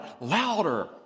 louder